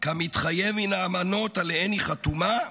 כמתחייב מן האמנות שעליהן היא חתומה,